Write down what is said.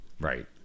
Right